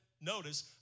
notice